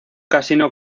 casino